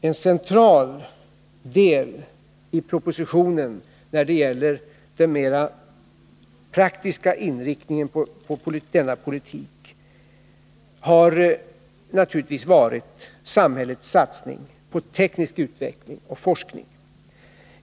En central del i propositionen när det gäller den mera praktiska inriktningen av denna politik har naturligtvis varit samhällets satsning på teknisk utveckling och forskning.